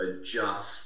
adjust